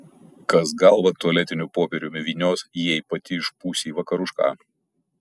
kas galvą tualetiniu popieriumi vynios jei pati išpūsi į vakarušką